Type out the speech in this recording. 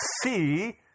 see